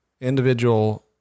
individual